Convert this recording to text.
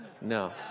No